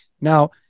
Now